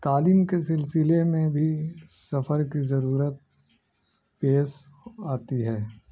تعلیم کے سلسلے میں بھی سفر کی ضرورت پیش آتی ہے